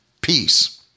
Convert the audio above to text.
peace